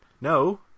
no